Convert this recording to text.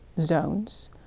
zones